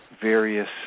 various